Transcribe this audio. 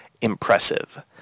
impressive